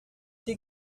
die